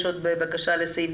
בבקשה.